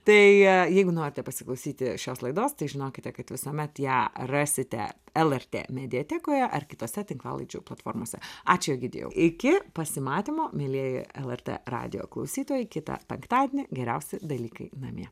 tai jeigu norite pasiklausyti šios laidos tai žinokite kad visuomet ją rasite lrt mediatekoje ar kitose tinklalaidžių platformose ačiū egidijau iki pasimatymo mielieji lrt radijo klausytojai kitą penktadienį geriausi dalykai namie